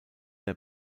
der